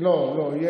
לא, לא.